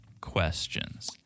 questions